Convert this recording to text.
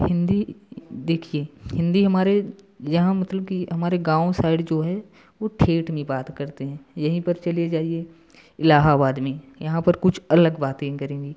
हिंदी देखिए हिंदी हमारी यहाँ मतलब कि हमारे गाँव साइड जो है वो ठेठ में बात करते हैं यहीं पर चले जाइए इलाहाबाद में यहाँ पर कुछ अलग बातें करेंगे